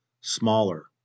smaller